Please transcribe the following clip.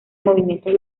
movimientos